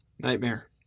Nightmare